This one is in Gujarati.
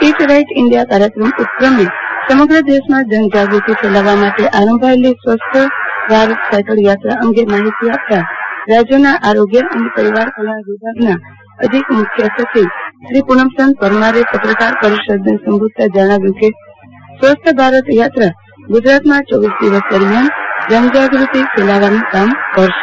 ઇટ રાઇટ ઇન્ડીયા કાર્યક્રમના ઉપક્રમે સમગ્ર દેશમાં જન જાગૃતિ ફેલાવવા માટે આરંભાયેલી સ્વસ્થ ભારત સાયકલ યાત્રા અંગે માહીતી આપતાં રાજ્યના આરોગ્ય અને પરિવાર કલ્યાણ વિભાગ ના અધિક મુખ્ય સચિવ શ્રી પુનમચંદ પરમારે પત્રકાર પરિષદને સંબોધતાં જણાવ્યું હતું કે સ્વસ્થ ભારત યાત્રા ગુજરાતમાં ચોવીસ દિવસ દરમ્યાન જનજાગૃતિ ફેલાવાનું કામ કરશે